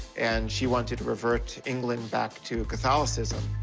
and she wanted to revert england back to catholicism.